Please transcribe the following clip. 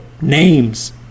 names